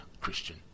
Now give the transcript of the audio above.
Christian